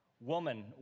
Woman